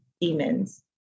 demons